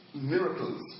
miracles